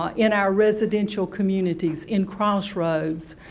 um in our residential communities, in crossroads.